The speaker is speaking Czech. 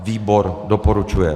Výbor doporučuje.